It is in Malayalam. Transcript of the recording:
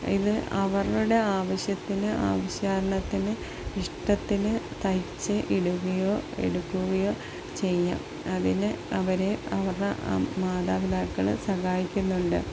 ഇത് അവരുടെ ആവശ്യത്തിന് ആവശ്യാനുസരണത്തിന് ഇഷ്ടത്തിന് തയ്ച്ചിടുകയോ എടുക്കുകയോ ചെയ്യാം അതിന് അവരെ അവരുടെ മാതാപിതാക്കള് സഹായിക്കുന്നുണ്ട്